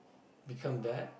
become bad